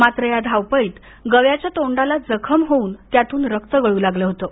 मात्र या धावपळीत गव्याच्या तोंडाला जखम होऊन त्यातून रक्त गळू लागलं होतं